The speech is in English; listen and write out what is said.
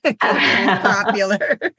Popular